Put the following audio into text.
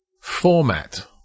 Format